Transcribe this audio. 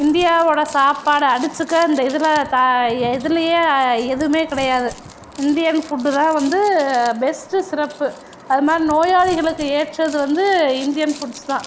இந்தியாவோட சாப்பாடை அடிச்சுக்க இந்த இதில் எதுலியே எதுவுமே கிடையாது இந்தியன் ஃபுட்டு தான் வந்து பெஸ்ட்டு சிறப்பு அது மாதிரி நோயாளிகளுக்கு ஏற்றது வந்து இந்தியன் ஃபுட்ஸ் தான்